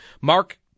Mark